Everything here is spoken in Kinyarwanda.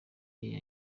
yawe